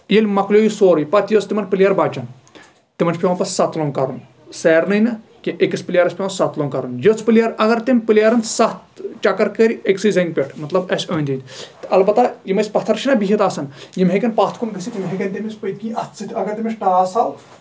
ییٚلہِ مۄکلیو یہِ سورُے پتہٕ یۄس تِمَن پلیر بچَن تِمَن چھُ پٮ۪وان پتہٕ ستہٕ لوٚنگ کرُن سارنٕے نہٕ کیٚنٛہہ أکِس پلیرَس چھِ پیوان سَتھ لوٚنٛگ کرُن یٔژ پلیر اگر تِم پلیرَن سَتھ چکر کٔرۍ أکۍسے زَنگہِ پٮ۪ٹھ مطلب اسہِ أندۍ أندۍ البتہ یِم اسہِ پتھر چھِ نا بہِتھ آسان یِم ہیٚکن پتھ کُن گٔژھِتھ یِم ہیٚکَن تٔمِس پٔتۍ کِنۍ اَتھ سۭتۍ اگر تٔمِس ٹاس آو